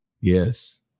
Yes